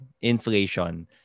inflation